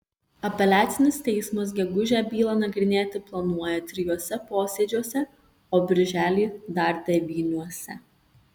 apeliacinis teismas gegužę bylą nagrinėti planuoja trijuose posėdžiuose o birželį dar devyniuose